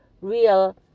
real